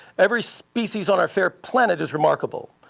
every species on our fair planet is remarkable.